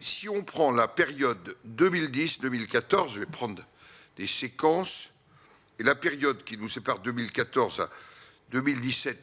Si on prend la période 2010 2014, je vais prendre des séquences et la période qui nous sépare 2014, 2017,